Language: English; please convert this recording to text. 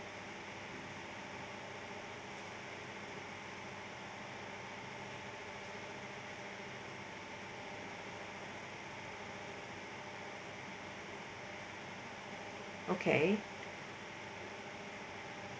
okay